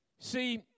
See